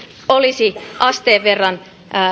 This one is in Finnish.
asteen verran